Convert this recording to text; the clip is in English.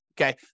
okay